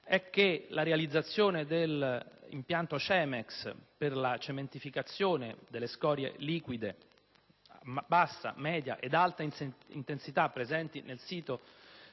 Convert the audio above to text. è che la realizzazione dell'impianto Cemex per la cementificazione delle scorie liquide, a bassa, media ed alta intensità presenti nel sito